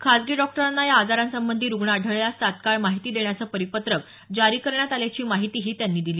खाजगी डॉक्टरांना या आजारासंबंधी रूग्ण आढळ्यास तात्काळ माहिती देण्याचं परिपत्रक जारी करण्यात आल्याची माहितीही त्यांनी दिली